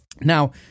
Now